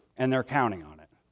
and they're counting on it.